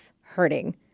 hurting